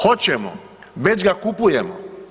Hoćemo, već ga kupujemo.